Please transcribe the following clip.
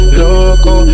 loco